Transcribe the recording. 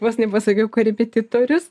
vos nepasakiau korepetitorius